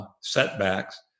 setbacks